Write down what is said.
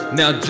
now